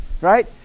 Right